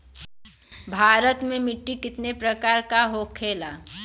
भारत में मिट्टी कितने प्रकार का होखे ला?